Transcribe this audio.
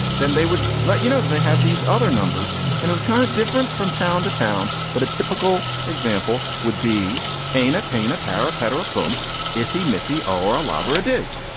then they would let you know they had these other numbers. and it was kind of different from town to town. but a typical example would be aimed at paying a power petrol pump if he mitha or a lover a dig.